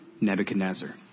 Nebuchadnezzar